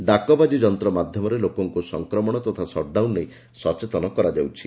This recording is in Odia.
ଡାକବାଜି ଯନ୍ତ ମାଧ୍ଧମରେ ଲୋକଙ୍କୁ ସଂକ୍ରମଣ ତଥା ସଟ୍ଡାଉନ୍ ନେଇ ସଚେତନ କରାଯାଉଛି